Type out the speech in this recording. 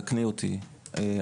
ותתקני אותי אם אני טועה,